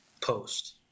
post